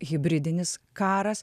hibridinis karas